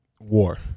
war